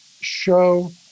show